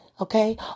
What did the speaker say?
okay